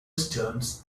stearns